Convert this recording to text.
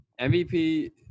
MVP